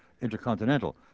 intercontinental